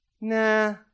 Nah